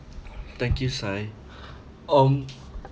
thank you Si um